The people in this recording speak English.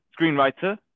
screenwriter